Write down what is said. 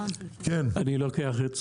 אני כאן